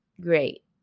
great